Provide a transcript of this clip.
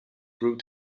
proved